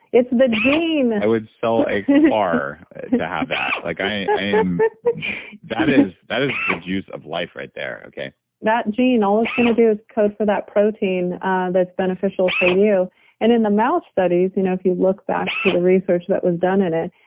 it's the gene i would sell a car to have that. like um that is that is the juice of life right there, okay that gene, all it's going to do is code for that protein that's beneficial for you and in the mouth studies, you know if you look back to the research that was done in it,